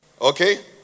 Okay